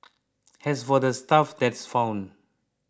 as for the stuff that's found